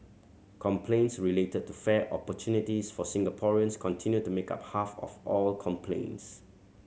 complaints related to fair opportunities for Singaporeans continue to make up half of all complaints